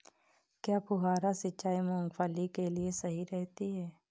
क्या फुहारा सिंचाई मूंगफली के लिए सही रहती है?